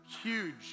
huge